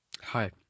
hi